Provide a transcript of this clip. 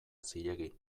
zilegi